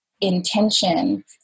intention